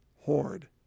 hoard